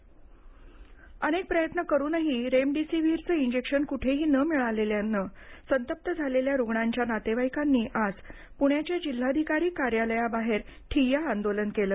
remdesivir अनेक प्रयत्न करूनही रेमडेसीव्हीरचं इंजेक्शन क्रेही न मिळाल्यानं संतप्त झालेल्या रुग्णांच्या नातेवाईकांनी आज पूण्याच्या जिल्हाधिकारी कार्यालयाबाहेर ठिय्या आंदोलन केलं